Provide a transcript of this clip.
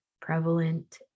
prevalent